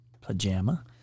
pajama